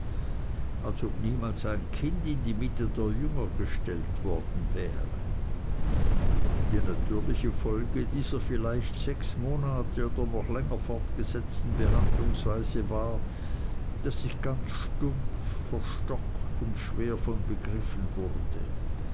als ob niemals ein kind in die mitte der jünger gestellt worden wäre die natürliche folge dieser vielleicht sechs monate oder noch länger fortgesetzten behandlungsweise war daß ich ganz stumpf verstockt und schwer von begriffen wurde